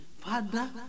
Father